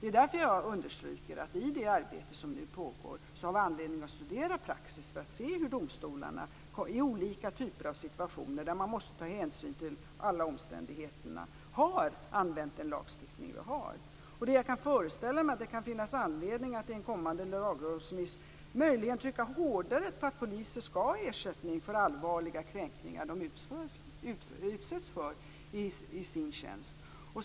Det är därför jag understryker att i det arbete som nu pågår har vi anledning att studera praxis för att se hur domstolarna i olika typer av situationer där man måste ta hänsyn till alla omständigheter har använt den lagstiftning som vi har. Jag kan föreställa mig att det kan finnas anledning att i en kommande lagrådsremiss möjligen trycka hårdare på att poliser skall ha ersättning för allvarliga kränkningar som de utsätts för i sin tjänst.